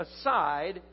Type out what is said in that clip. aside